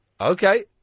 Okay